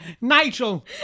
Nigel